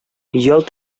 ялт